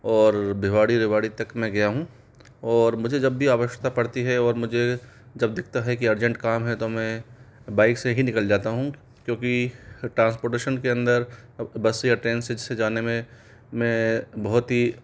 और भिवाड़ी रेवाड़ी तक में गया हूँ और मुझे जब भी आवश्यकता पड़ती है और मुझे जब दिखता है कि आर्जिन्ट काम है तो मैं बाइक से ही निकल जाता हूँ क्योंकि ट्रांसपोर्टेशन के अंदर बस या ट्रेन से जाने में मैं बहुत ही